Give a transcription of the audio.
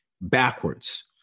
backwards